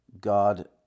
God